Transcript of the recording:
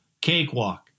cakewalk